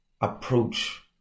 approach